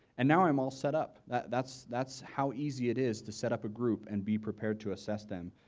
and now i'm all set up. that's that's how easy it is to set up a group and be prepared to assess them.